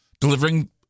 delivering